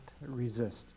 resist